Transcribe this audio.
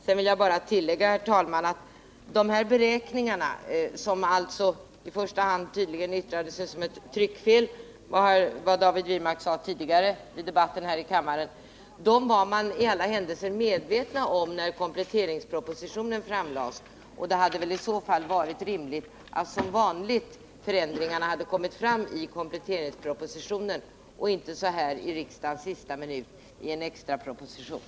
Sedan vill jag bara tillägga, herr talman, att beräkningarna, som tydligen i första hand baserades på ett tryckfel, enligt vad David Wirmark sagt tidigare i debatten här i kammaren, var man i alla händelser medveten om redan när kompletteringspropositionen framlades. Det hade väl då varit rimligt att förändringarna som vanligt hade framlagts i kompletteringspropositionen och inte så här i riksdagens sista minut i en extra proposition.